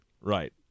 Right